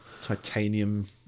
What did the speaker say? titanium